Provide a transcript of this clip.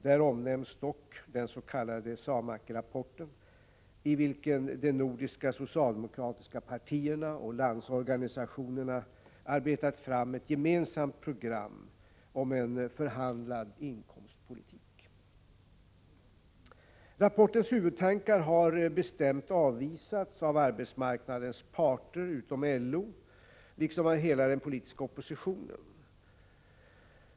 Där omnämns emellertid den s.k. SAMAK-rapporten, i vilken de nordiska socialdemokratiska partierna och landsorganisationerna arbetat fram ett gemensamt program om ”förhandlad inkomstpolitik”. Rapportens huvudtankar har med bestämdhet avvisats av arbetsmarknadens parter, utom LO, liksom av hela den politiska oppositionen.